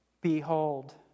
Behold